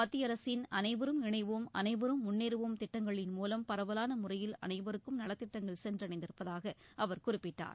மத்திய அரசின் அனைவரும் இணைவோம் அனைவரும் முன்னேறுவோம் திட்டங்களின் மூலம் பரவலான முறையில் அனைவருக்கும் நலத்திட்டங்கள் சென்றடைந்திருப்பதாக அவர் குறிப்பிட்டார்